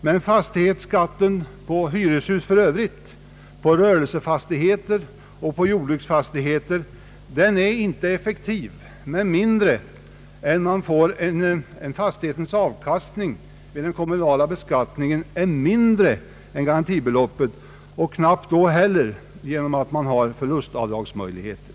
Men fastighetsskatten på hyreshus för övrigt, på rörelsefastigheter och på jordbruksfastigheter är inte effektiv med mindre än att man får en fastighetsavkastning vid den kommunala beskattningen som är mindre än garantibeloppet och knappast ens då, genom att man har förlustavdragsmöjligheter.